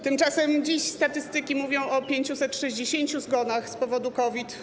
Tymczasem dziś statystyki mówią o 560 zgonach z powodu COVID.